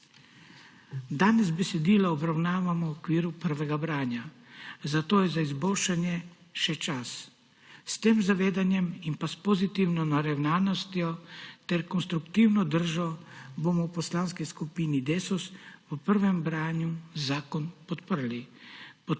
Danes besedilo obravnavamo v okviru prvega branja, zato je za izboljšanje še čas. S tem zavedanjem in pa s pozitivno naravnanostjo ter konstruktivno držo bomo v Poslanski skupini Desus v prvem branju zakon podprli.